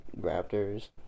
Raptors